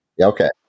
Okay